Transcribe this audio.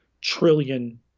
trillion